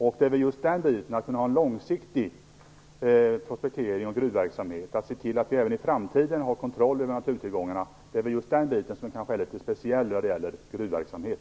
Det är just den biten, dvs. att kunna ha en långsiktig prospektering och gruvverksamhet, att se till att vi även i framtiden har kontroll över naturtillgångarna, som är litet speciell när det gäller gruvverksamhet.